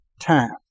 time